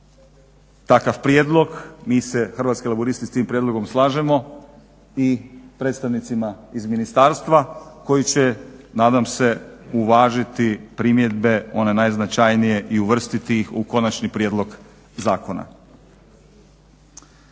takav prijedlog, mi se Hrvatski laburisti s tim prijedlogom slažemo i predstavnicima iz ministarstva koji će nadam se uvažiti primjedbe one najznačajnije i uvrstiti ih u konačni prijedlog zakona.